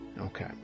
Okay